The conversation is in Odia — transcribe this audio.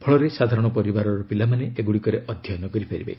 ଫଳରେ ସାଧାରଣ ପରିବାରର ପିଲାମାନେ ଏଗୁଡ଼ିକରେ ଅଧ୍ୟୟନ କରିପାରିବେ